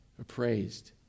appraised